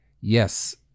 yes